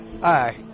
Hi